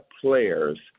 players